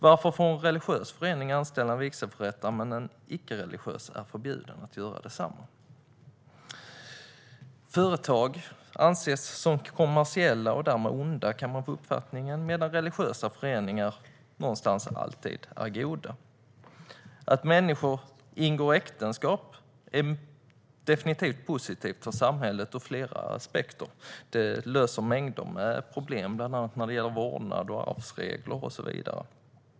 Varför får en religiös förening anställa en vigselförrättare medan en icke-religiös förening är förbjuden att göra detsamma? Man kan få uppfattningen att företag anses som kommersiella och därmed onda medan religiösa föreningar alltid anses vara goda. Att människor ingår äktenskap är definitivt positivt för samhället ur flera aspekter. Det löser mängder med problem, bland annat när det gäller vårdnad, arvsregler och så vidare.